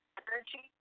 energy